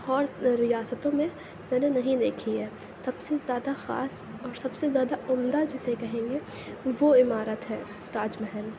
اور ریاستوں میں میں نے نہیں دیکھی ہے سب سے زیادہ خاص اور سب سے زیادہ عمدہ جسے کہیں گے وہ عمارت ہے تاج محل